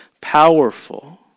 powerful